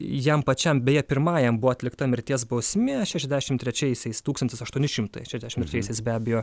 jam pačiam beje pirmajam buvo atlikta mirties bausmė šešiasdešim trečiaisiais tūkstantis aštuoni šimtai šešiasdešim trečiaisiais be abejo